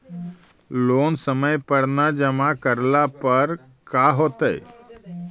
Loan समय पर न जमा करला पर का होतइ?